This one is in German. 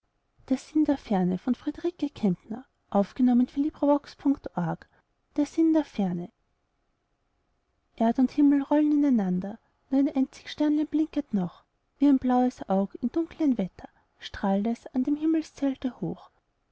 der sinn der ferne erd und himmel rollen in einander nur ein einzig sternlein blinket noch wie ein blaues aug im dunklen wetter strahlt es an dem himmelszelte hoch